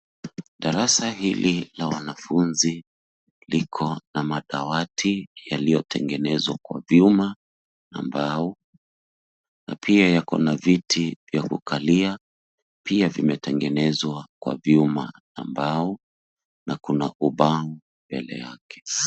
Darasa hili la wanafunzi liko na madawati yaliyotengenezwa kwa vyuma na mbao, na pia yako na viti vya kukalia, pia vimetengenezwa kwa vyuma na mbao, na kuna ubao mbele yake.